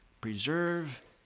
preserve